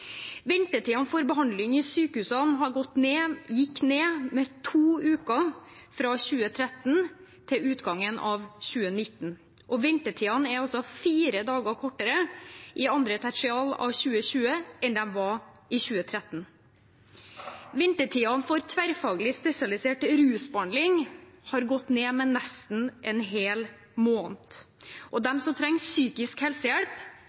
for behandling i sykehus gikk ned med to uker fra 2013 til utgangen av 2019. Ventetiden er altså fire dager kortere i andre tertial av 2020 enn i 2013. Ventetiden for tverrfaglig spesialisert rusbehandling har gått ned med nesten en hel måned. Og de som trenger psykisk helsehjelp,